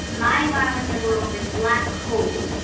my wow in the world is black holes.